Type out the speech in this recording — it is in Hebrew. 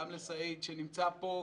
גם לסעיד שנמצא פה,